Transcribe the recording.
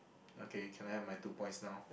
okay can I have my two points now